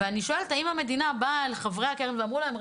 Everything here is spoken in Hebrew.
אני שואלת אם המדינה באה לחברי הקרן ואמרה להם,